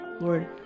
Lord